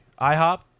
IHOP